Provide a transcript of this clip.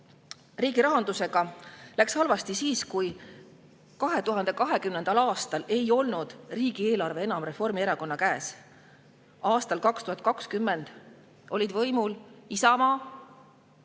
riigi rahandusega läks halvasti siis, kui 2020. aastal ei olnud riigieelarve enam Reformierakonna käes. Aastal 2020 olid võimul Isamaa,